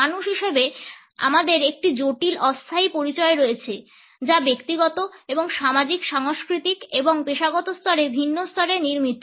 মানুষ হিসাবে আমাদের একটি জটিল অস্থায়ী পরিচয় রয়েছে যা ব্যক্তিগত এবং সামাজিক সাংস্কৃতিক এবং পেশাগত স্তরে বিভিন্ন স্তরে নির্মিত